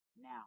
now